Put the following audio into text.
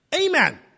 Amen